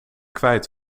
kwijt